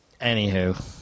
anywho